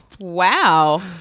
Wow